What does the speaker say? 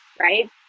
right